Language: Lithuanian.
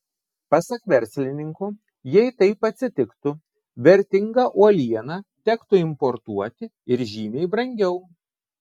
pasak verslininkų jei taip atsitiktų vertingą uolieną tektų importuoti ir žymiai brangiau